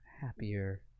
happier